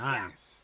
Nice